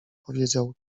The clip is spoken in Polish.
powiedział